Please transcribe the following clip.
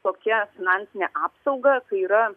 tokia finansine apsauga kai yra